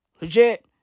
Legit